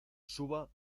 suba